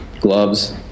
gloves